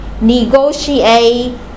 negotiate